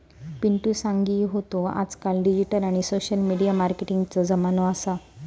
पिंटु सांगी होतो आजकाल डिजिटल आणि सोशल मिडिया मार्केटिंगचो जमानो असा